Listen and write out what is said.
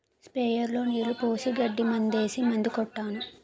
sprayer లో నీళ్లు పోసి గడ్డి మందేసి మందు కొట్టాను